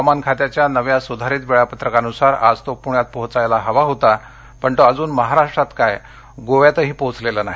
हवामानखात्याच्या नव्या सुधारित वेळापत्रकानुसार आज तो पुण्यात पोहोचायला हवा होता पण तो अजून महाराष्ट्रात काय गोव्यातही पोहोचलेला नाही